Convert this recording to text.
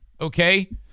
okay